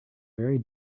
very